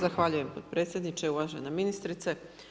Zahvaljujem potpredsjedniče, uvažena ministrice.